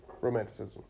romanticism